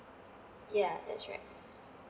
ya that's right